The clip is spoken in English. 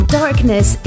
darkness